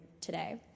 today